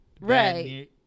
Right